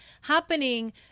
happening